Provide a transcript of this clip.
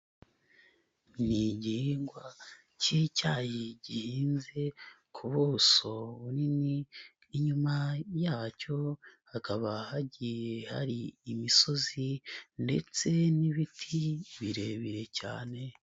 Ni igihingwa k'icyayi gihinze ku buso bunini inyuma yacyo hakaba hagiye hari imisozi, ndetse n'ibiti birebire cyane.